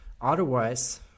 Otherwise